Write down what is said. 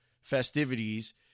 festivities